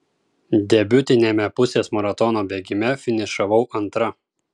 debiutiniame pusės maratono bėgime finišavau antra